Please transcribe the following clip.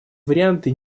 варианты